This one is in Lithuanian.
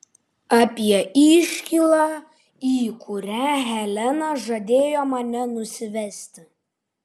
apie iškylą į kurią helena žadėjo mane nusivesti